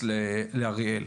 להיכנס לאריאל.